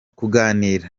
kuganira